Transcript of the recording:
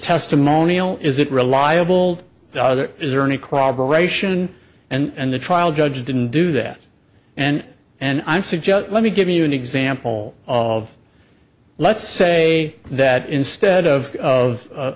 testimonial is it reliable either is there any cooperation and the trial judge didn't do that and and i'm suggest let me give you an example of let's say that instead of of